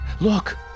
look